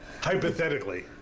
Hypothetically